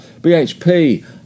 bhp